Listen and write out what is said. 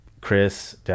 chris